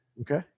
Okay